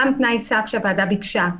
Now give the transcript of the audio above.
גם תנאי סף שהוועדה ביקשה,